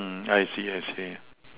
mm I see I see